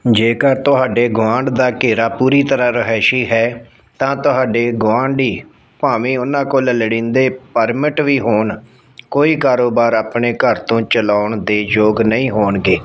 ਜੇਕਰ ਤੁਹਾਡੇ ਗੁਆਂਢ ਦਾ ਘੇਰਾ ਪੂਰੀ ਤਰ੍ਹਾਂ ਰਿਹਾਇਸ਼ੀ ਹੈ ਤਾਂ ਤੁਹਾਡੇ ਗੁਆਂਢੀ ਭਾਵੇਂ ਉਹਨਾਂ ਕੋਲ ਲੋੜੀਂਦੇ ਪਰਮਿਟ ਵੀ ਹੋਣ ਕੋਈ ਕਾਰੋਬਾਰ ਆਪਣੇ ਘਰ ਤੋਂ ਚਲਾਉਣ ਦੇ ਯੋਗ ਨਹੀਂ ਹੋਣਗੇ